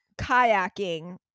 kayaking